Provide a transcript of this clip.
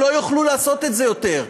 הם לא יוכלו לעשות את זה יותר.